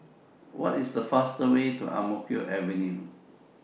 What IS The fastest Way to Ang Mo Kio Avenue